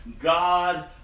God